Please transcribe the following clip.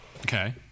Okay